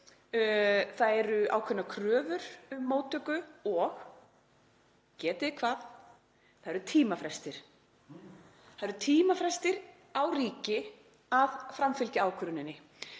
Það eru ákveðnar kröfur um móttöku og, getið hvað; það eru tímafrestir. Það eru tímafrestir á ríki að framfylgja ákvörðuninni.